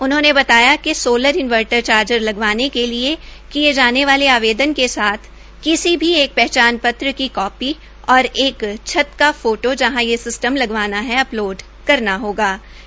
उन्होंने बताया कि सोलर इन्वर्टर चार्जर लगवाने के लिए किए जाने वाले आवेदन के साथ किसी भी एक पहचान पत्र की कॉपी और एक छत का फोटो जहाँ ये सिस्टम लगवाना है अपलोड करने होंगे